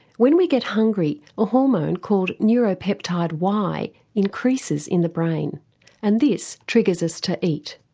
when we get hungry, a hormone called neuropeptide y increases in the brain and this triggers us to eat.